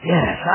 Yes